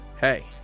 Hey